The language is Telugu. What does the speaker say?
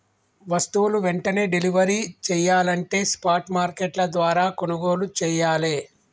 వస్తువులు వెంటనే డెలివరీ చెయ్యాలంటే స్పాట్ మార్కెట్ల ద్వారా కొనుగోలు చెయ్యాలే